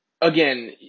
Again